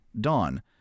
Dawn